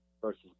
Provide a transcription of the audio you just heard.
versus